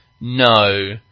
no